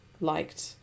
liked